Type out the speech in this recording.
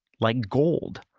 like gold,